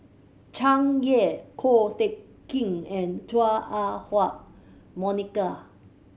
Tsung Yeh Ko Teck Kin and Chua Ah Huwa Monica